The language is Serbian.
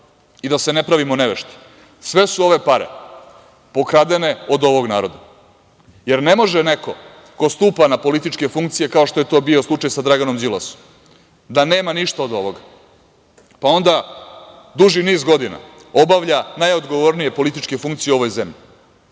i da se ne pravimo nevešti, sve su ove pare pokradene od ovog naroda. Ne može neko ko stupa na političke funkcije, kao što je to bio slučaj sa Draganom Đilasom, da nema ništa od ovoga. Pa, onda duži niz godina obavlja najodgovornije političke funkcije u ovoj zemlji.